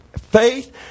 faith